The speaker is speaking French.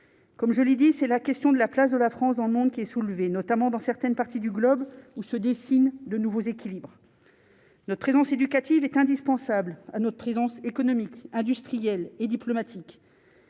comme je l'ai dit, c'est la question de la place de la France dans le monde qui est soulevée, notamment dans certaines parties du globe où se dessinent de nouveaux équilibres. Notre présence éducative est indispensable à notre présence économique industrielle et diplomatique,